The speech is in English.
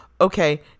Okay